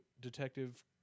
Detective